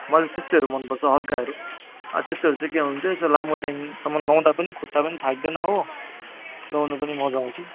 मलाई त्यस्तैहरू मनपर्छ हल्काहरू अब त्यस्तोहरू चाहिँ के हुन्छ यसो लामो टाइमसम्म लाउँदा पनि खुट्टा पनि थाक्दैन हो लाउनु पनि मज्ज आउँछ